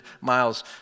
miles